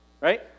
Right